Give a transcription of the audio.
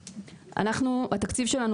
מה התציב שלכם לשוברים הפרטיים?